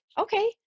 Okay